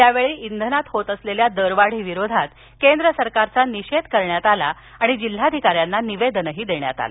यावेळी इंधनात होत असलेल्या दरवाढी विरोधात केंद्र सरकारचा निषेध करण्यात आला आणि जिल्हाधिकाऱ्यांना निवेदन देण्यात आलं